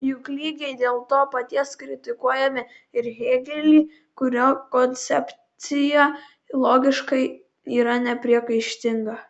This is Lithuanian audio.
juk lygiai dėl to paties kritikuojame ir hėgelį kurio koncepcija logiškai yra nepriekaištinga